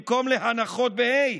במקום להנחות, בה"א?